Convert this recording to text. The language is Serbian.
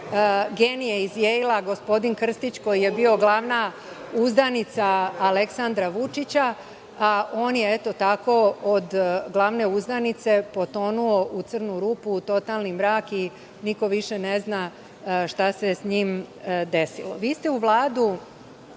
genije iz Jejla, gospodin Krstić, koji je bio glavna uzdanica Aleksandra Vučića, a on je, eto tako, od glavne uzdanice potonuo u crnu rupu, u totalni mrak i niko više ne zna šta se s njim desilo. Vi ste u Vladu